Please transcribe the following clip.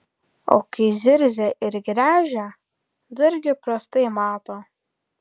o kai zirzia ir gręžia dargi prastai mato